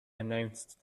announced